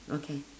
okay